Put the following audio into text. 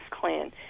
Klan